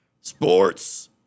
sports